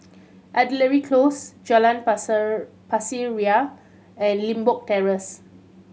Artillery Close Jalan Pasir Ria and Limbok Terrace